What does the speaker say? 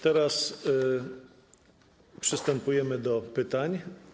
Teraz przystępujemy do pytań.